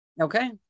okay